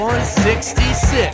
166